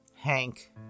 Hank